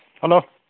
hello